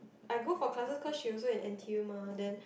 I go for classes cause she also in n_t_u mah then